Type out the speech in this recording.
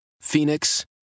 Phoenix